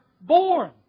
born